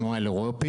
כי מנוהל אירופאי,